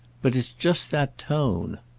but it's just that tone!